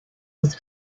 was